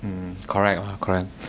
mm correct lah correct